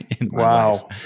wow